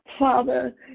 Father